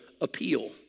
appeal